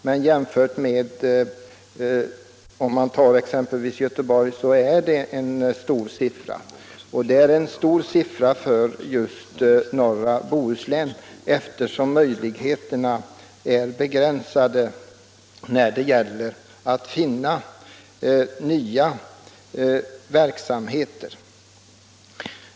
Men jämfört med exempelvis Göteborg är det en stor siffra för norra Bohuslän, eftersom möjligheterna att där finna nya verksamheter är begränsade.